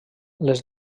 les